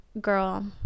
girl